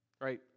right